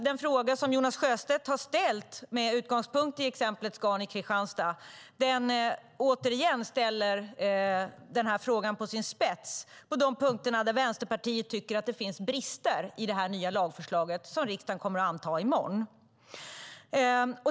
Den fråga som Jonas Sjöstedt har ställt med utgångspunkt i exemplet Scan i Kristianstad sätter åter fokus på de punkter där Vänsterpartiet tycker att det finns brister i det nya lagförslag som riksdagen kommer att anta i morgon.